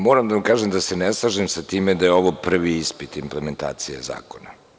Moram da vam kažem da se ne slažem sa time da je ovo prvi ispit implementacije zakona.